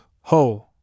ho